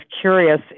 curious